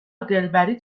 دلبری